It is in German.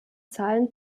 zahlen